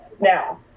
Now